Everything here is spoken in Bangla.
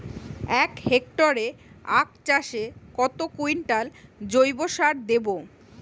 এক হেক্টরে আখ চাষে কত কুইন্টাল জৈবসার দেবো?